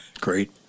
Great